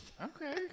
Okay